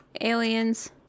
Aliens